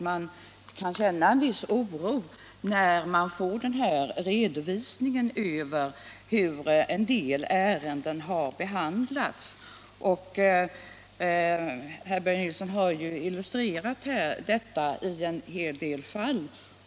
Man kan gripas av en viss oro då man får den här redovisningen av hur ärenden har behandlats; herr Börje Nilsson har illustrerat detta med en hel del fall.